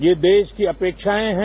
ये देश की अपेक्षाएं हैं